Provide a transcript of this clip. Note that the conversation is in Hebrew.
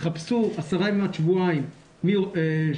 חפשו עשרה ימים עד שבועיים מה-17.9,